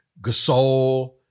Gasol